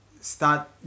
start